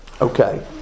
Okay